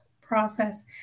process